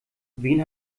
wen